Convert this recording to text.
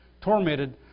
tormented